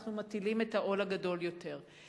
אנחנו מטילים את העול הגדול יותר.